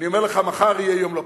אני אומר לך: מחר יהיה יום לא פשוט,